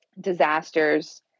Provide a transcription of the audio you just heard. disasters